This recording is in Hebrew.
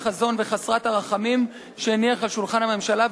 החזון וחסרת הרחמים שהניח על שולחן הממשלה,